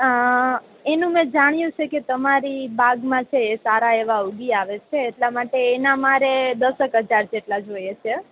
અ એનુ મે જાણ્યું છે કે તમારી બાગમાં છે એ સારા એવા ઊગી આવે છે એટલે માટે એના મારે દશ ટકા ચાર જેટલા જોઇએ છે